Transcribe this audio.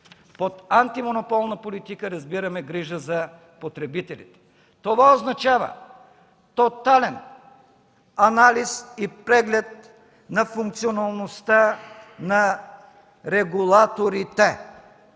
под „антимонополна политика” разбираме грижа за потребителите. Това означава тотален анализ и преглед на функционалността на регулаторите,